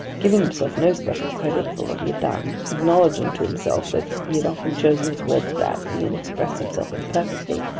giving himself no special credit for what he had done, acknowledging to himself that he had often chosen his words badly and expressed himself imperfectly,